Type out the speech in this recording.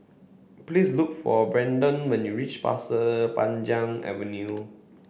please look for Braedon when you reach Pasir Panjang Avenue